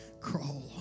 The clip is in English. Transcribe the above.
crawl